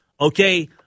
Okay